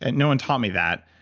and no one taught me that,